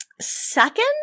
second